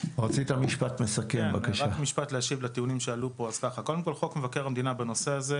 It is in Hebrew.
כל הגופים האזרחיים.